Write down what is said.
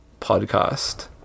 podcast